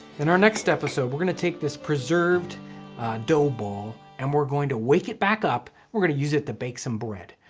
in our next episode we're going to take this preserved dough ball and we're going to wake it back up and we're going to use it to bake some bread.